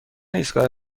ایستگاه